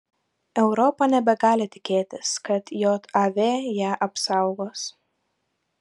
europa nebegali tikėtis kad jav ją apsaugos